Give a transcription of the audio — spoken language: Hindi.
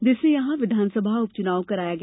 जिससे यहां विधानसभा उपचुनाव कराया गया